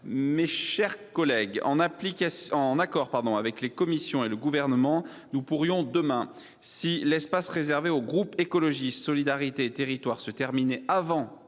Mes chers collègues, en accord avec les commissions concernées et le Gouvernement, nous pourrions, demain, si l’espace réservé au groupe Écologiste – Solidarité et Territoires se terminait avant